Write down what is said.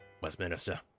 Westminster